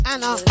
Anna